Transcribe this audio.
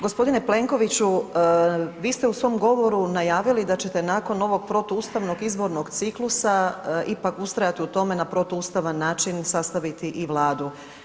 Gospodine Plenkoviću vi ste u svom govoru najavili da ćete nakon ovog protuustavnog izbornog ciklusa ipak ustrajati u tome na protuustavan način sastaviti i vladu.